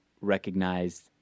recognized